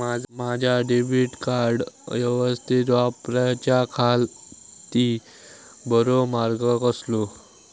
माजा debit card यवस्तीत वापराच्याखाती बरो मार्ग कसलो?